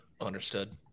understood